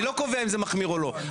אני לא קובע אם זה מחמיר או לא.